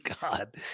God